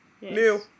New